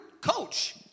coach